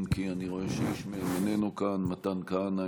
אם כי אני רואה שאיש מהם איננו כאן: מתן כהנא,